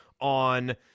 on